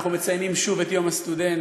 אנחנו מציינים שוב את יום הסטודנט.